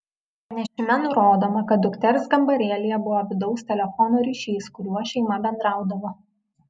pranešime nurodoma kad dukters kambarėlyje buvo vidaus telefono ryšys kuriuo šeima bendraudavo